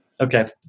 Okay